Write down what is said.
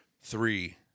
three